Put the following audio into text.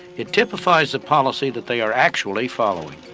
it typifies the policy that they are actually following.